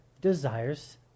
desires